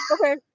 Okay